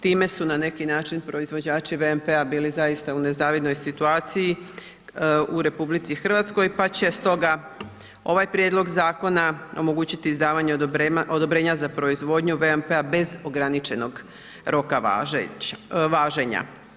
Time su na neki način proizvođači VMP-a bili zaista u nezavidnoj situaciji u RH, pa će stoga ovaj prijedlog zakona omogućiti izdavanje odobrenja za proizvodnju VMP-a bez ograničenog roka važenja.